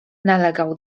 nalegał